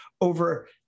over